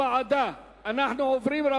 הוועדה, כולל לוח התיקונים.